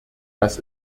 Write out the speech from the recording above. das